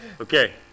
Okay